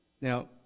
Now